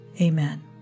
Amen